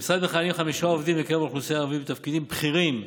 במשרד מכהנים חמישה עובדים מקרב האוכלוסייה הערבית בתפקידים בכירים,